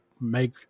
make